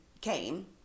came